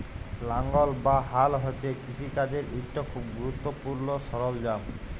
লাঙ্গল বা হাল হছে কিষিকাজের ইকট খুব গুরুত্তপুর্ল সরল্জাম